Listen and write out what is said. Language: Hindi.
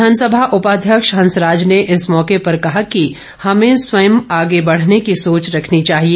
विधानसभा उपाध्यक्ष हंसराज ने इस मौके पर कहा कि हमें स्वयं आगे बढ़ने की सोच रखनी चाहिए